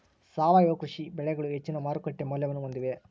ಸಾವಯವ ಕೃಷಿ ಬೆಳೆಗಳು ಹೆಚ್ಚಿನ ಮಾರುಕಟ್ಟೆ ಮೌಲ್ಯವನ್ನ ಹೊಂದಿವೆ